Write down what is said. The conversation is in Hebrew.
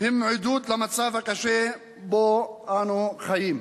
הם עדות למצב הקשה שבו אנו חיים.